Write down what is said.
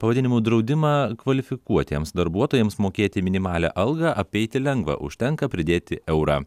pavadinimu draudimą kvalifikuotiems darbuotojams mokėti minimalią algą apeiti lengva užtenka pridėti eurą